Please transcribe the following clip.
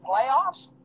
Playoffs